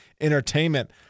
entertainment